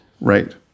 Right